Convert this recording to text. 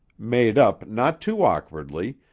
made up not too awkwardly,